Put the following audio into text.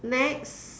next